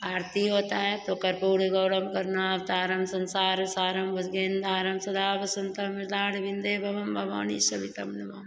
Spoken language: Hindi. आरती होता है तो करपूर गौरम करुनावतारम संसार सारम भुजगेंद हारम सदा वसंतम हृदाण विंदे भवम भवानी सवितम नमामि